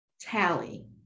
tally